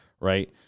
right